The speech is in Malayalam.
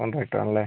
കോൺട്രാക്ടർ ആണല്ലേ